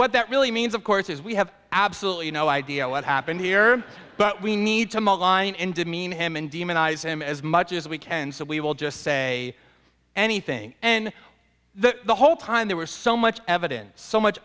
what that really means of course is we have absolutely no idea what happened here but we need to malign and demean him and demonize him as much as we can so we will just say anything and the whole time there were so much evidence so much